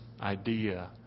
idea